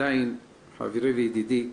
עדיין, חברי וידידי,